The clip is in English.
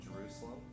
Jerusalem